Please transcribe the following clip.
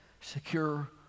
secure